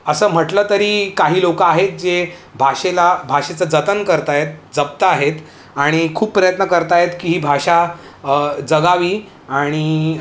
असं म्हटलं तरी काही लोक आहेत जे भाषेला भाषेचं जतन करत आहेत जपत आहेत आणि खूप प्रयत्न करत आहेत की भाषा जगावी आणि